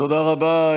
תודה רבה.